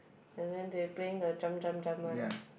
and then they playing the jump jump jump one